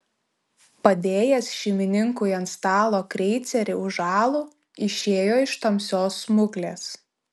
padėjęs šeimininkui ant stalo kreicerį už alų išėjo iš tamsios smuklės